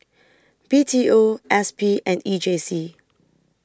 B T O S P and E J C